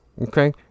okay